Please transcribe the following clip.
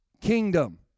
kingdom